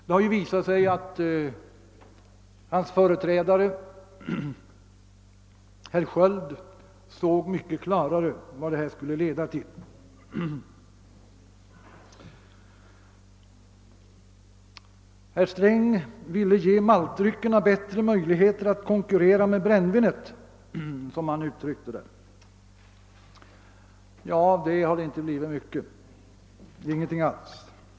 Det har visat sig att hans företrädare, herr Sköld, mycket klarare insåg vad detta skulle leda till. Herr Sträng ville ge maltdryckerna bättre möjligheter att konkurrera med brännvinet, såsom han uttryckte saken. Ja, av detta har det inte blivit något alls.